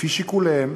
לפי שיקוליהם,